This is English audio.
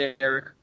Eric